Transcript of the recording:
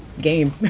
game